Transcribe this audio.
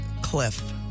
Cliff